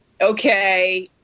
okay